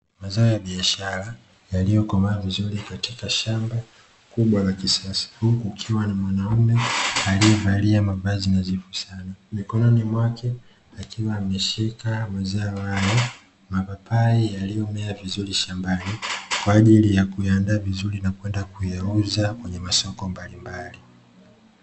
Mazao ya biashara yaliyokomaa vizuri katika shamba kubwa la kisasa huku kukiwa na mwanaume aliyevalia mavazi nadhifu sana. mikononi mwake akiwa ameshika mazao hayo mapapai yaliyomea vizuri shambani kwa ajili ya kuyaandaa vizuri na kwenda kuyauza kwenye masoko mbalimbali.